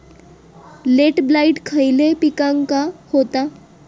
Late blight खयले पिकांका होता?